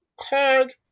card